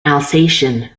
alsatian